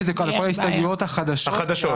ההסתייגויות.